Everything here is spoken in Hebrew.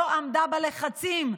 לא עמדה בלחצים,